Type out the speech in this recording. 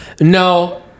No